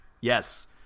Yes